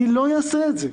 אני לא אעשה את זה.